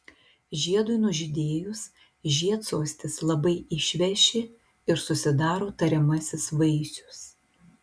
žiedui nužydėjus žiedsostis labai išveši ir susidaro tariamasis vaisius